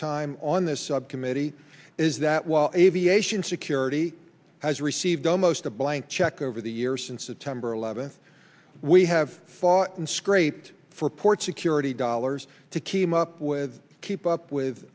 time on this subcommittee is that while aviation security has received almost a blank check over the years since september eleventh we have fought and scraped for port security dollars to keep up with keep up with